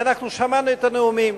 ואנחנו שמענו את הנאומים.